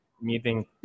meeting